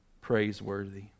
praiseworthy